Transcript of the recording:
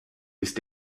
ist